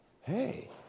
hey